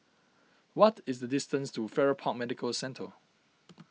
what is the distance to Farrer Park Medical Centre